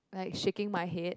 like shaking my head